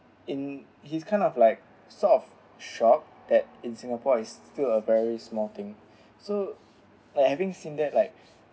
in is kind of like sort of shop that in singapore is still a very small thing so like having seen that like